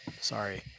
Sorry